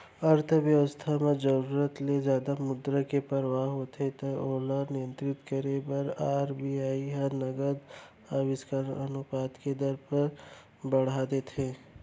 अर्थबेवस्था म जरुरत ले जादा मुद्रा के परवाह होथे त ओला नियंत्रित करे बर आर.बी.आई ह नगद आरक्छित अनुपात के दर ल बड़हा देथे